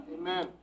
Amen